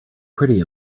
pretty